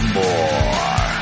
more